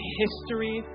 history